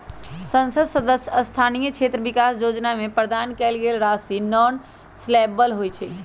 संसद सदस्य स्थानीय क्षेत्र विकास जोजना में प्रदान कएल गेल राशि नॉन लैप्सबल होइ छइ